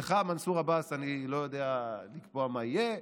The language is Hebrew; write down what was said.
לך, מנסור עבאס, אני לא יודע לקבוע מה יהיה.